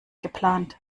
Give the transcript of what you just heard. geplant